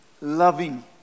loving